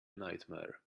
nightmare